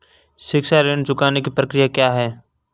शिक्षा ऋण चुकाने की प्रक्रिया क्या है?